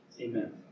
Amen